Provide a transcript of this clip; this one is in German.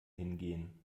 hingehen